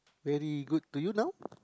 very good to you now